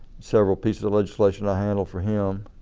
several pieces of legislation i handled for him.